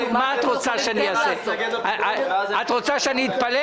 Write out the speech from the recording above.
את רוצה שאני אתפלל?